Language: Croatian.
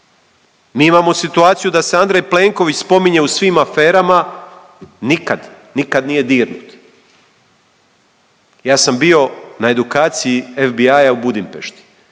Mi imamo situaciju da se Andrej Plenković spominje u svim aferama, nikad, nikad nije dirnut. Ja sam bio na edukaciji FBI-a u Budimpešti